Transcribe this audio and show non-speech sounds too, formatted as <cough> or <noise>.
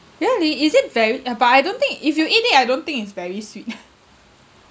really is it ver~ uh but I don't think if you eat it I don't think it's very sweet <laughs>